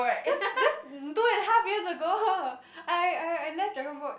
that's that's mm two and half years ago hor I I I left dragon boat